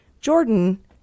Jordan